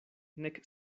nek